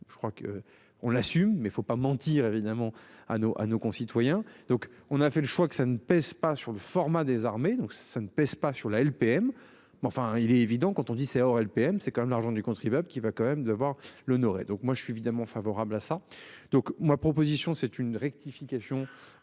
Je crois que on l'assume, mais faut pas mentir évidemment à nos, à nos concitoyens, donc on a fait le choix que ça ne pèse pas sur le format des armées, donc ça ne pèse pas sur la LPM mais enfin il est évident quand on dit c'est hors LPM c'est quand même l'argent du contribuable qui va quand même de voir le nord et donc moi je suis évidemment favorable à ça donc moi proposition c'est une rectification